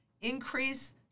increase